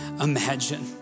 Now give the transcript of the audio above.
imagine